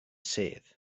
sedd